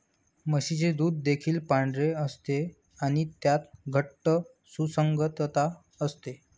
म्हशीचे दूध देखील पांढरे असते आणि त्यात घट्ट सुसंगतता असते